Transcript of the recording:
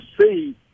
see